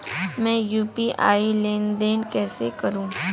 मैं यू.पी.आई लेनदेन कैसे करूँ?